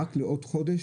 רק לעוד חודש,